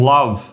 Love